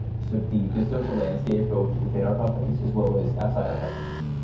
but sort of the the social landscape both within our companies as well as outside our companies.